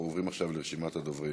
אנחנו עוברים עכשיו לרשימת הדוברים: